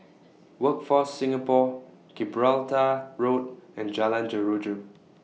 Workforce Singapore Gibraltar Road and Jalan Jeruju